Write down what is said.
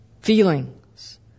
feelings